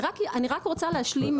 אני רק רוצה להשלים.